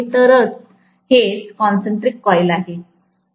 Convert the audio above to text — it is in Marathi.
तर हे च कॉन्सेन्ट्रिक कॉइल आहे